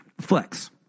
flex